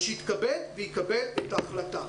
אז שיתכבד ויקבל את ההחלטה.